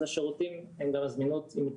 אז השירותים הם גם עם זמינות מתארכת,